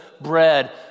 bread